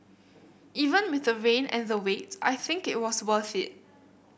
even with the rain and the wait I think it was worth it